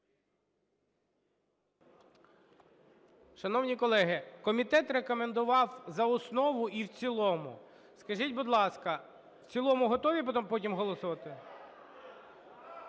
Шановні колеги, комітет рекомендував за основу і в цілому. Скажіть, будь ласка, в цілому готові потім голосувати?